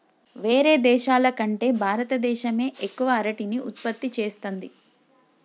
వేరే దేశాల కంటే భారత దేశమే ఎక్కువ అరటిని ఉత్పత్తి చేస్తంది